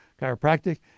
chiropractic